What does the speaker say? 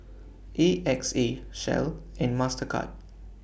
A X A Shell and Mastercard